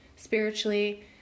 Spiritually